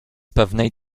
pewnej